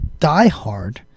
diehard